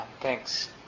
thanks